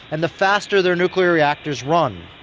and the faster their nuclear reactors run.